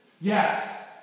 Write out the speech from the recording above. Yes